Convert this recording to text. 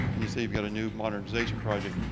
and you say you've got a new modernization project,